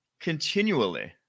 continually